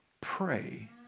pray